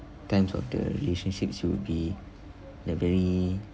times of the relationship you would be like very